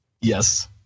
Yes